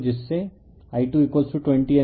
तो जिससे I220 ampere प्राप्त होगा